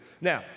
Now